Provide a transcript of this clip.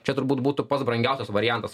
čia turbūt būtų pats brangiausias variantas